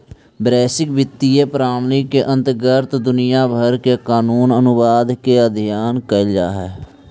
वैश्विक वित्तीय प्रणाली के अंतर्गत दुनिया भर के कानूनी अनुबंध के अध्ययन कैल जा हई